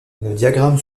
diagramme